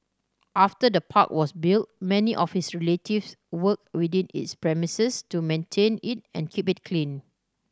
after the park was built many of his relatives worked within its premises to maintain it and keep it clean